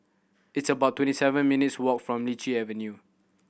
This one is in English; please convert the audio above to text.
it's about twenty seven minutes' walk from Lichi Avenue